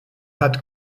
hat